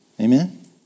Amen